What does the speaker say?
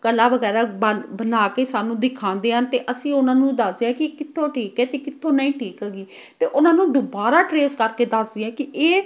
ਕਲਾ ਵਗੈਰਾ ਬਣ ਬਣਾ ਕੇ ਸਾਨੂੰ ਦਿਖਾਉਂਦੇ ਹਨ ਅਤੇ ਅਸੀਂ ਉਹਨਾਂ ਨੂੰ ਦੱਸਦੇ ਹਾਂ ਕਿ ਕਿੱਥੋਂ ਠੀਕ ਹੈ ਅਤੇ ਕਿੱਥੋਂ ਨਹੀਂ ਠੀਕ ਹੈਗੀ ਅਤੇ ਉਹਨਾਂ ਨੂੰ ਦੁਬਾਰਾ ਟ੍ਰੇਸ ਕਰਕੇ ਦੱਸਦੀ ਹਾਂ ਕਿ ਇਹ